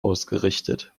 ausgerichtet